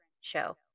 show